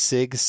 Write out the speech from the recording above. Sig